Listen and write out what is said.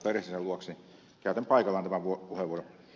käytän paikaltani tämän puheenvuoron